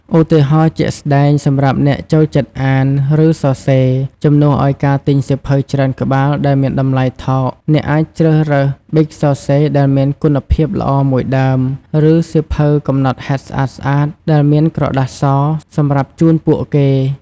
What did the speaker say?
ឧទាហរណ៍ជាក់ស្តែង សម្រាប់អ្នកចូលចិត្តអាន ឬសរសេរ ជំនួសឱ្យការទិញសៀវភៅច្រើនក្បាលដែលមានតម្លៃថោក អ្នកអាចជ្រើសរើស ប៊ិចសរសេរដែលមានគុណភាពល្អមួយដើម ឬ សៀវភៅកំណត់ហេតុស្អាតៗ ដែលមានក្រដាសល្អ សម្រាប់ជូនពួកគេ។